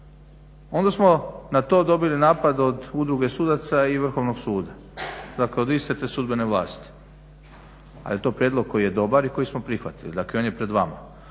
Onda smo na to dobili napad od udruge sudaca i Vrhovnog suda, dakle od iste te sudbene vlasti. Ali je to prijedlog koji je dobar i koji smo prihvatili, dakle on je pred vama.